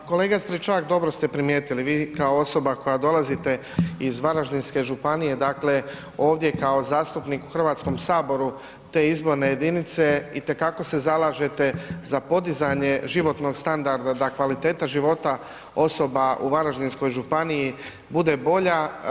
Pa kolega Stričak dobro ste primijetili, vi kao osoba koja dolazite iz Varaždinske županije, dakle, ovdje kao zastupnik u Hrvatskom saboru te izborne jedinice itekako se zalažete za podizanje životnog standarda, da kvaliteta života osoba u Varaždinskoj županiji bude bolja.